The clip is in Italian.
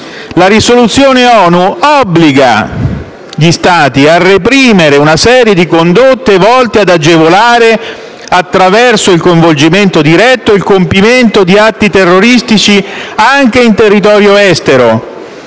La risoluzione ONU obbliga gli Stati a reprimere una serie di condotte volte ad agevolare, attraverso il coinvolgimento diretto, il compimento di atti terroristici anche in territorio estero,